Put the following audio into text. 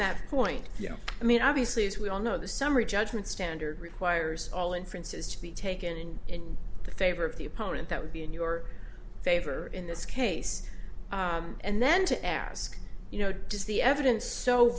that point yeah i mean obviously as we all know the summary judgment standard requires all inferences to be taken in favor of the opponent that would be in your favor in this case and then to ask you know does the evidence so